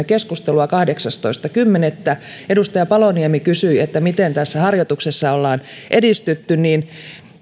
keskustelua kahdeksastoista kymmenettä kun edustaja paloniemi kysyi miten tässä harjoituksessa ollaan edistytty niin